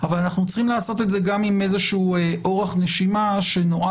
אבל אנחנו צריכים לעשות את זה גם עם אורך נשימה שנועד